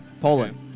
Poland